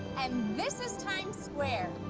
and this is times square.